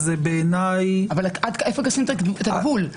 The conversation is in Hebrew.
זה בעיניי --- איפה תשים את הגבול?